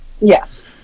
Yes